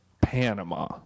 Panama